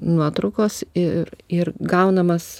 nuotraukos ir ir gaunamas